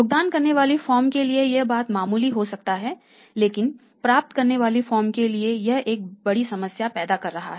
भुगतान करने वाली फर्म के लिए यह बहुत मामूली हो सकता है लेकिन प्राप्त करने वाली फर्म के लिए यह एक बड़ी समस्या पैदा कर रहा है